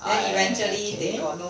I K